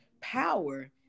power